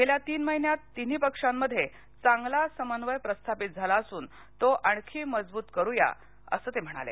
गेल्या तीन महिन्यात तिन्ही पक्षांमधे चांगला समन्वय प्रस्थापित झाला असून तो आणखी मजबूत करूया असं ते म्हणाले